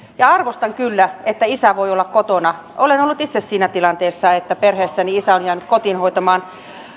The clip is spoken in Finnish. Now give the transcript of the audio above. arvostan kyllä että isä voi olla kotona olen ollut itse siinä tilanteessa että perheessäni isä on jäänyt kotiin hoitamaan